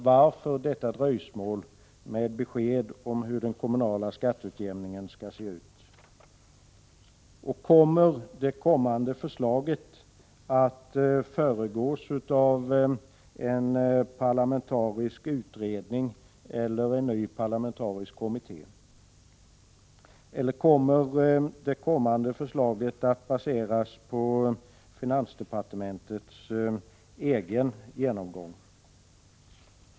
Varför detta dröjsmål med ett besked om hur den kommunala skatteutjämningen skall se ut? Kommer det kommande förslaget att föregås av en parlamentarisk utredning eller en ny parlamentarisk kommitté? Eller kommer förslaget att baseras på finansdepartementets egen genomgång?